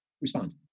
respond